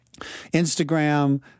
Instagram